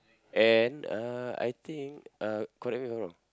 and uh I think uh correct me if I'm wrong